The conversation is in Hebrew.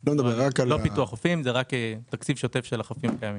זה לא פיתוח חופים אלא רק תקציב שוטף של החופים הקיימים.